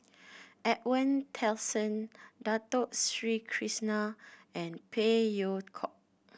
Edwin Tessensohn Dato Sri Krishna and Phey Yew Kok